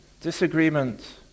disagreement